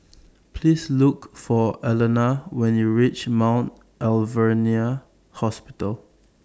Please Look For Alana when YOU REACH Mount Alvernia Hospital